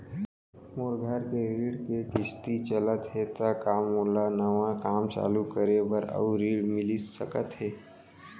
मोर घर के ऋण के किसती चलत हे ता का मोला नवा काम चालू करे बर अऊ ऋण मिलिस सकत हे?